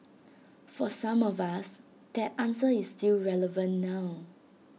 for some of us that answer is still relevant now